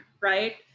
right